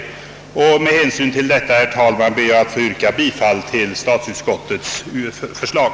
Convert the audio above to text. Jag ber, herr talman, att få yrka bifall till statsutskottets förslag.